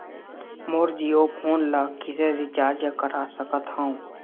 मोर Jio phone ला किसे recharge करा सकत हवं?